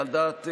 על דעה,